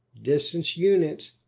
distance units,